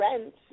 rent